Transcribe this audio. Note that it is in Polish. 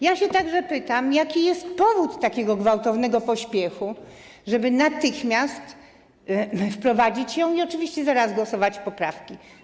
Pytam także, jaki jest powód takiego gwałtownego pośpiechu, żeby natychmiast wprowadzić ją i oczywiście zaraz głosować nad poprawkami.